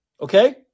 Okay